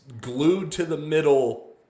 glued-to-the-middle